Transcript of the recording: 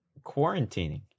quarantining